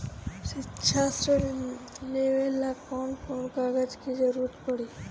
शिक्षा ऋण लेवेला कौन कौन कागज के जरुरत पड़ी?